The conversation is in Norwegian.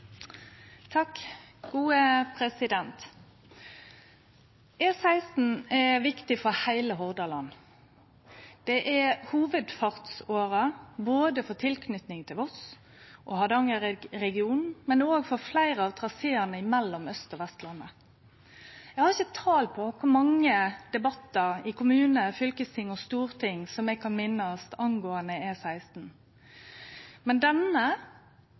viktig for heile Hordaland. Det er hovudfartsåra for tilknyting til både Voss og Hardangerregionen, men òg for fleire av traséane mellom Aust- og Vestlandet. Eg har ikkje tal på kor mange debattar i kommune, fylkesting og storting eg kan minnast angåande E16, men denne